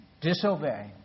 disobey